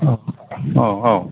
औ औ